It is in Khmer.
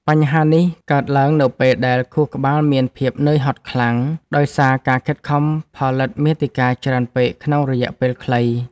បញ្ហានេះកើតឡើងនៅពេលដែលខួរក្បាលមានភាពនឿយហត់ខ្លាំង ដោយសារការខិតខំផលិតមាតិកាច្រើនពេកក្នុងរយៈពេលខ្លី។